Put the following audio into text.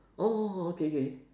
oh okay K